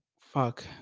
fuck